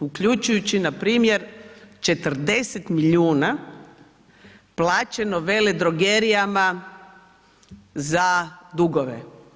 uključujući npr. 40 milijuna plaćeno veledrogerijama za dugove.